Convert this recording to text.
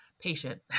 patient